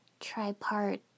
tripart